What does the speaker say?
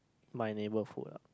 my neighborhood ah